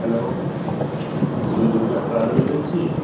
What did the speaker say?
hello Shri Durga travel agency